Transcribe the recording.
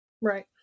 Right